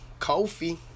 Kofi